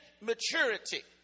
maturity